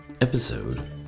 Episode